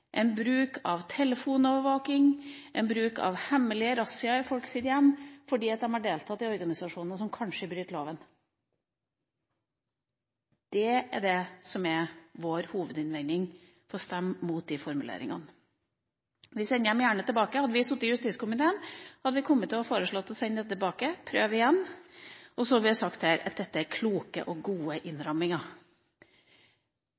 for bruk av romovervåkning, bruk av telefonovervåkning, bruk av hemmelige razziaer i folks hjem fordi de har deltatt i organisasjoner som kanskje bryter loven. Dette er vår hovedinnvending mot å stemme for disse formuleringene. Vi sender dem gjerne tilbake. Hadde vi sittet i justiskomiteen, hadde vi kommet til å foreslå å sende dem tilbake – prøv igjen – og som vi har sagt her, at dette er kloke og gode